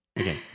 Okay